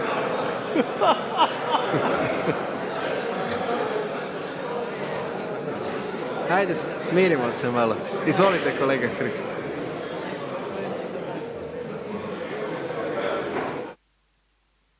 Ajde smirimo se malo, izvolite kolega Hrg.